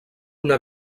una